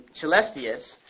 Celestius